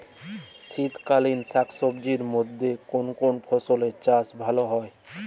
শীতকালীন শাকসবজির মধ্যে কোন কোন ফসলের চাষ ভালো হয়?